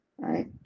right